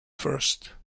first